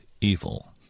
evil